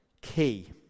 key